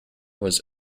was